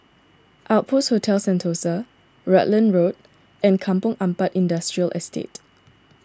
Outpost Hotel Sentosa Rutland Road and Kampong Ampat Industrial Estate